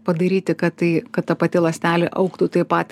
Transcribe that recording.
padaryti kad tai kad ta pati ląstelė augtų taip pat